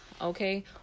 Okay